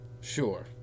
Sure